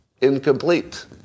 incomplete